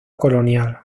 colonial